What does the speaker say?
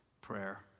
prayer